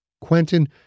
Quentin